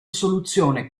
soluzione